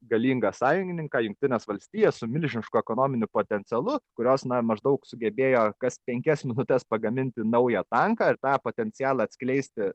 galingą sąjungininką jungtines valstijas su milžinišku ekonominiu potencialu kurios na maždaug sugebėjo kas penkias minutes pagaminti naują tanką ir tą potencialą atskleisti